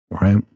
Right